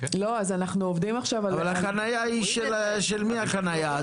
אבל של מי החנייה?